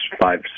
five